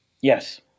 Yes